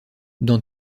dans